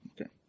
Okay